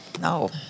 No